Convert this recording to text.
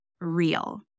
real